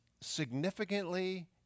significantly